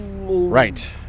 Right